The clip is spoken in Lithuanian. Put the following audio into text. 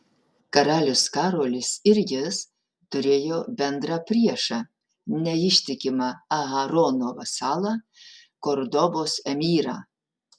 karalius karolis ir jis turėjo bendrą priešą neištikimą aarono vasalą kordobos emyrą